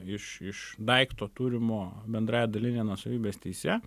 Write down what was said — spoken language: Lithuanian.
iš iš daikto turimo bendrąja daline nuosavybės teise